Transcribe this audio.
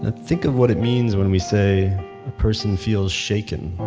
ah think of what it means when we say a person feels shaken.